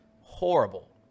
Horrible